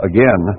Again